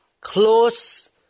close